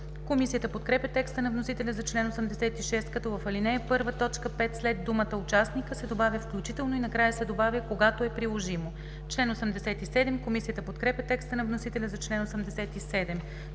Комисията подкрепя текста на вносителя за чл. 86, като в ал. 1, т. 5 след думата „участника” се добавя „включително” и накрая се добавя „когато е приложимо”. Комисията подкрепя текста на вносителя за чл. 87.